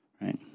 Right